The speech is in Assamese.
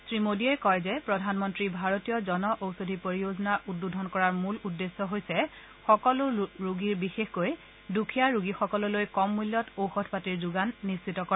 শ্ৰীমোদীয়ে কয় যে প্ৰধানমন্ত্ৰী ভাৰতীয় জনঔষধি পৰিযোজনা উদ্বোধন কৰাৰ মূল উদ্দেশ্যে হৈছে সকলো ৰোগীৰ বিশেষকৈ দুখীয়া ৰোগীসকললৈ কম মূল্যত ঔষধ পাতি যোগান নিশ্চিত কৰা